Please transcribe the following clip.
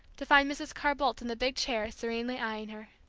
to find mrs. carr-boldt in the big chair, serenely eyeing her.